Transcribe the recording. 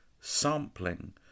sampling